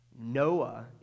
Noah